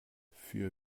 für